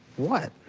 what?